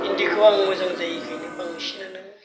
हिन्दीखौ आं मोजां जायिखायनो बांसिनानो